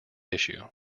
issue